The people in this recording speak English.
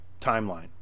timeline